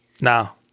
now